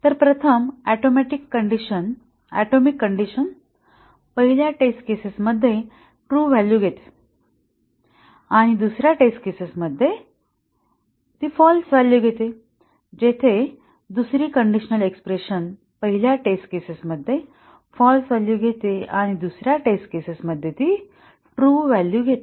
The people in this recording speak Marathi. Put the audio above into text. तर प्रथम ऍटोमिक कंडिशन पहिल्या टेस्ट केसेस मध्ये ट्रू व्हॅल्यू घेते आणि दुसर्या टेस्ट केसेस मध्ये फाँल्स व्हॅल्यू घेते जेथे दुसरी कंडिशनल एक्स्प्रेशन पहिल्या टेस्ट केसेस मध्ये फाँल्स व्हॅल्यू घेते आणि दुसर्या टेस्ट केसेस मध्ये ट्रू व्हॅल्यू घेते